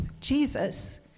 Jesus